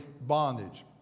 bondage